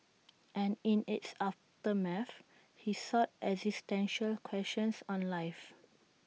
and in its aftermath he sought existential questions on life